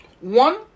One